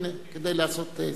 הנה כדי לעשות סדר.